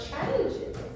changes